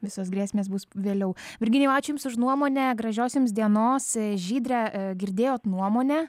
visos grėsmės bus vėliau virginijau ačiū jums už nuomonę gražios jums dienos žydre girdėjote nuomonę